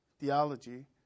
theology